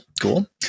Cool